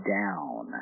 down